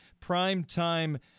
primetime